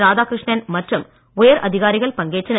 ராதாகிருஷ்ணன் மற்றும் உயர் அதிகாரிகள் பங்கேற்றனர்